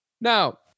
Now